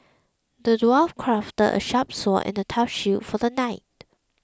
the dwarf crafted a sharp sword and a tough shield for the knight